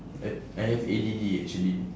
I I have A_D_D actually